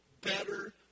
better